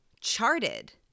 charted